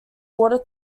water